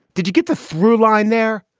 did you get the through line there?